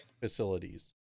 facilities